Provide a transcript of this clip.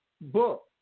book